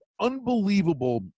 unbelievable